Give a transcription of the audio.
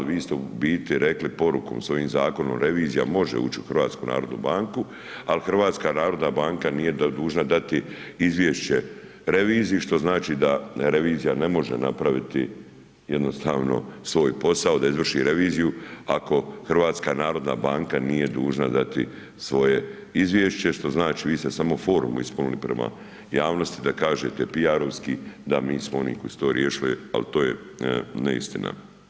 Vi ste u biti rekli porukom s ovim zakonom, revizija može ući u HNB, ali HNB nije dužna dati izvješće reviziji, što znači da revizija ne može napraviti jednostavno svoj posao da izvrši reviziju ako HNB nije dužna dati svoje izvješće, što znači, vi ste samo formu ispunili prema javnosti da kažete piarovski da mi smo oni koji su to riješili, al to je neistina.